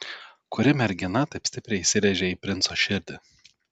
kuri mergina taip stipriai įsirėžė į princo širdį